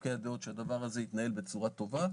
חילוקי הדעות כדי שהדבר הזה יתנהל בצורה טובה,